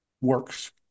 works